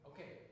Okay